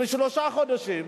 מגיל שלושה חודשים.